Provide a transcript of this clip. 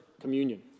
communion